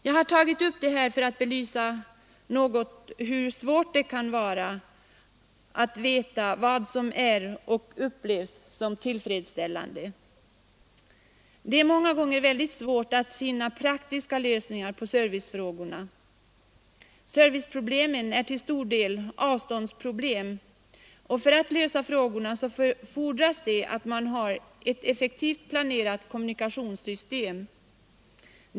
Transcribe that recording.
Jag har tagit upp det här för att något bevisa hur svårt det kan vara att veta skillnaden mellan vad som är och vad som upplevs som tillfredsställande. Det är många gånger svårt att finna praktiska lösningar på servicefrågorna. Serviceproblemen är till stor del avståndsproblem, och för att lösa frågorna fordras det att man har ett effektivt planerat kommunikationssystem.